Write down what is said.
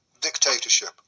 dictatorship